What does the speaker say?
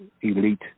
elite